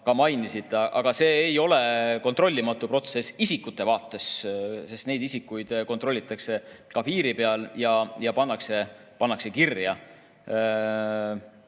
Aga see ei ole kontrollimatu protsess isikute vaates, sest neid inimesi kontrollitakse piiri peal ja nad pannakse kirja.